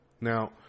Now